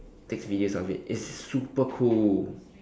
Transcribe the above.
takes videos of it it's super cool